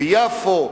ביפו,